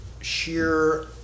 sheer